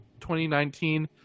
2019